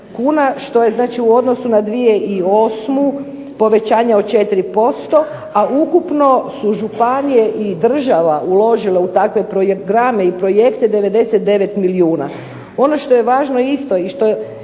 kuna što je znači u odnosu na 2008. povećanje od 4%, a ukupno su županije i država uložile u takve programe i projekte 99 milijuna. Ono što je važno isto i što je